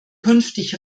künftig